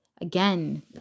again